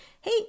hey